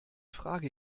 frage